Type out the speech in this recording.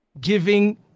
giving